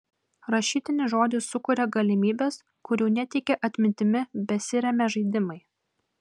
rašytinis žodis sukuria galimybes kurių neteikė atmintimi besiremią žaidimai